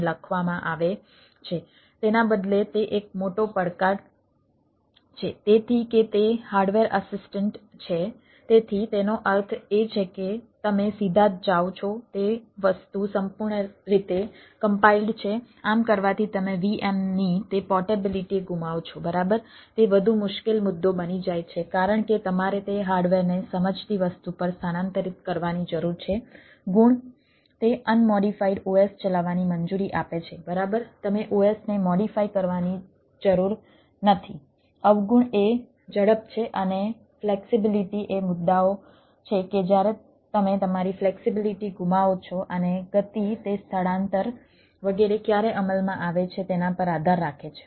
VMM processor extension એ મુદ્દાઓ છે કે જ્યારે તમે તમારી ફ્લેક્સિબિલીટી ગુમાવો છો અને ગતિ તે સ્થળાંતર વગેરે ક્યારે અમલમાં આવે છે તેના પર આધાર રાખે છે